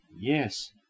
Yes